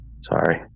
sorry